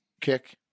kick